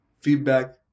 Feedback